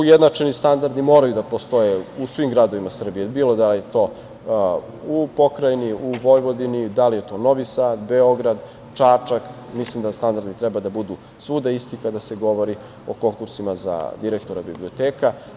Ujednačeni standardi moraju da postoje u svim gradovima Srbije, bilo da je to u pokrajini, u Vojvodini, da li je to Novi Sad, Beograd, Čačak, mislim da standardi treba da budu svuda isti kada se govori o konkursima za direktora biblioteka.